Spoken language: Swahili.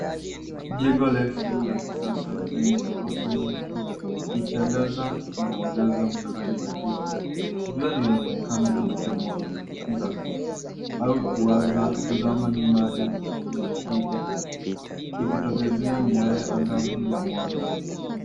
Jengo refu la kisasa lenye ghorofa nyingi likiangaza na mwangaza mkali wa jua. Jua linaonekana ikichomoza au kuzama nyuma ya hili. Likitokezea miale angavu ya mwanga.